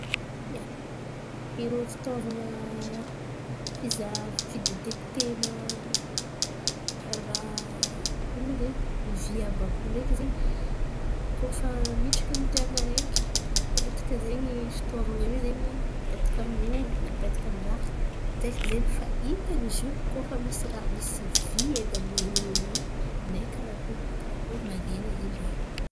Ia, irô fitaovan̈a fizahavan̈a fidetekitena raha ino ma zen̈y vy àby àby io ndraiky zen̈y apetaka zen̈y fitaovan̈a io zen̈y apetaka amin’olo na apetaka amy raha diretiky zen̈y. Fa hitany izio koa fa misy vy amin’ny ain̈in’olo io, ndray karakory ndray Karakory man̈ena zen̈y raha io.